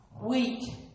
weak